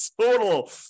total